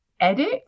edit